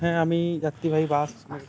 হ্যাঁ আমি যাত্রীবাহী বাস